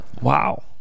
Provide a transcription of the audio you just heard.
Wow